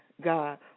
God